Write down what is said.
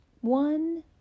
one